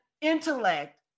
intellect